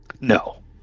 No